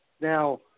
Now